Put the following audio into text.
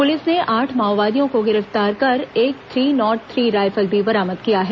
police ने आठ माओवादियों को गिरफ्तार कर एक थ्री नॉट थ्री राइफल भी बरामद किया है